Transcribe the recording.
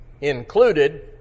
included